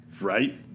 Right